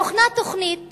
הוכנה תוכנית